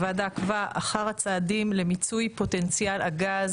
הוועדה עקבה אחר הצעדים למיצוי פוטנציאל הגז